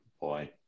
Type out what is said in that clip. boy